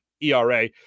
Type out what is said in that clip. ERA